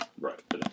Right